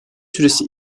süresi